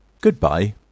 Goodbye